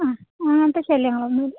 ആ അങ്ങനത്തെ ശല്യങ്ങളൊന്നുമില്ല